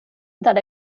that